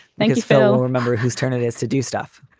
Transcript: thanks, phil. remember whose turn it is to do stuff?